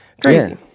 Crazy